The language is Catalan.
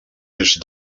est